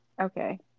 Okay